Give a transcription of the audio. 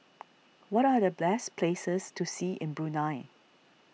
what are the best places to see in Brunei